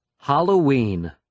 Halloween